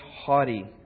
haughty